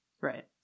right